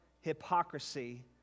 hypocrisy